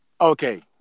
Okay